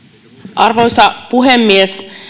arvoisa puhemies